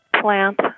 plant